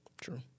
True